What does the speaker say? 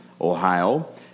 Ohio